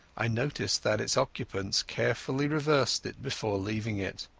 i noticed that its occupants carefully reversed it before leaving it.